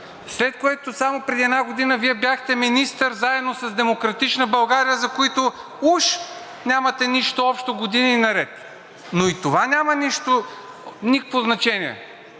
След което, само преди една година Вие бяхте министър заедно с „Демократична България“, с които уж нямате нищо общо години наред, но и това няма никакво значение.